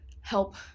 help